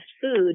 food